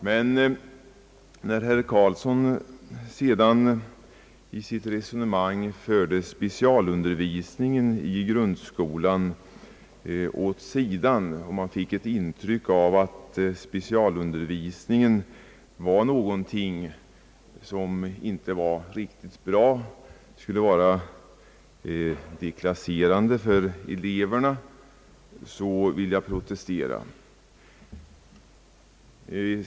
Men när herr Carlsson sedan i sitt resonemang tog upp specialundervisningen i grundskolan på ett sådant sätt att man fick ett intryck av att denna undervisning inte var något positivt utan något som skulle vara deklasserande för eleverna, vill jag protestera.